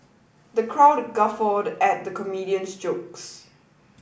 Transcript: the crowd guffawed at the comedian's jokes